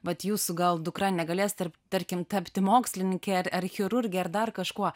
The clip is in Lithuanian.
vat jūsų gal dukra negalės tarp tarkim tapti mokslininke ar chirurge ar dar kažkuo